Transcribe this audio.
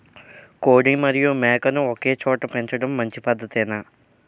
కోడి మరియు మేక ను ఒకేచోట పెంచడం మంచి పద్ధతేనా?